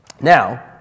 Now